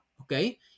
okay